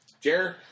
Jerry